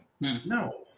No